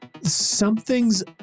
something's